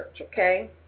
okay